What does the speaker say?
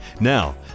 Now